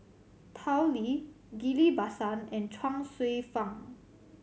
Tao Li Ghillie Basan and Chuang Hsueh Fang